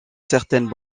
certaines